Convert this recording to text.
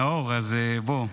נאור, בוא,